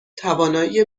توانایی